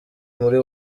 muri